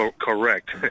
Correct